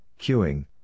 queuing